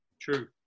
True